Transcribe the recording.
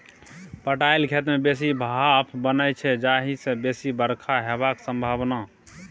पटाएल खेत मे बेसी भाफ बनै छै जाहि सँ बेसी बरखा हेबाक संभाबना